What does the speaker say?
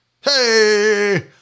Hey